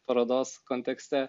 parodos kontekste